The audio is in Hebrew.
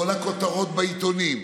כל הכותרות בעיתונים,